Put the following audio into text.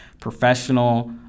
professional